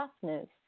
softness